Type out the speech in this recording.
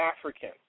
African